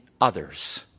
others